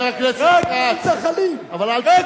רק אצל מתנחלים, חבר הכנסת כץ.